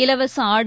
இலவச ஆடு